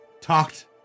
talked